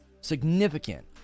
significant